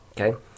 okay